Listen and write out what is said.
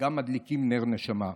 וגם מדליקים נר נשמה.